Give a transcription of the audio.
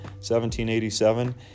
1787